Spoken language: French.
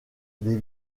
des